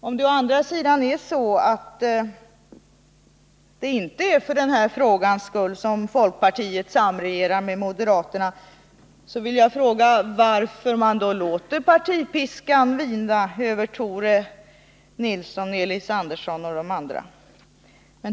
Om det å andra sidan inte är för den här frågans skull som folkpartiet samregerar med moderaterna vill jag fråga varför man låter partipiskan vina över Tore Nilsson, Elis Andersson och andra.